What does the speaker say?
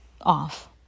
off